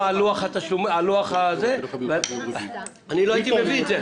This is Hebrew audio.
על לוח התשלומים ואז לא הייתי מביא את זה.